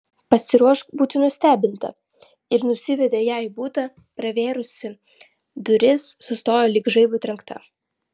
pasiruošk būti nustebinta ir nusivedė ją į butą pravėrusi duris sustojo lyg žaibo trenkta